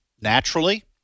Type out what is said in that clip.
naturally